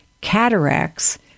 cataracts